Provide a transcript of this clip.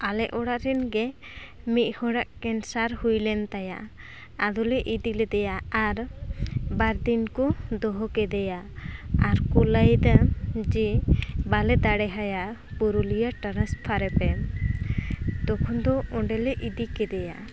ᱟᱞᱮ ᱚᱲᱟᱜ ᱨᱮᱱᱜᱮ ᱢᱤᱫ ᱦᱚᱲᱟᱜ ᱠᱮᱱᱥᱟᱨ ᱦᱩᱭ ᱞᱮᱱ ᱛᱟᱭᱟ ᱟᱫᱚᱞᱮ ᱤᱫᱤ ᱞᱮᱫᱮᱭᱟ ᱟᱨ ᱵᱟᱨ ᱫᱤᱱ ᱠᱚ ᱫᱚᱦᱚ ᱠᱮᱫᱮᱭᱟ ᱟᱨ ᱠᱚ ᱞᱟᱭᱫᱟ ᱡᱮ ᱵᱟᱞᱮ ᱫᱟᱲᱮ ᱟᱭᱟ ᱯᱩᱨᱩᱞᱤᱭᱟᱹ ᱴᱮᱱᱮᱥᱯᱷᱟᱨᱮᱯᱮ ᱛᱚᱠᱷᱚᱱ ᱫᱚ ᱚᱸᱰᱮᱞᱮ ᱤᱫᱤ ᱠᱮᱫᱮᱭᱟ